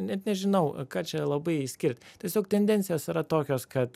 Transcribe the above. net nežinau ką čia labai išskirt tiesiog tendencijos yra tokios kad